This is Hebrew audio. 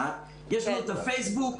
יש לנו את הפייסבוק,